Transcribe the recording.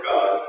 God